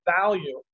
value